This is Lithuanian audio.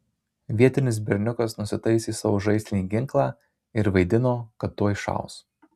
vietinis berniukas nusitaisė savo žaislinį ginklą ir vaidino kad tuoj šaus